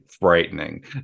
frightening